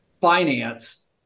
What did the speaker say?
finance